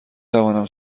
توانم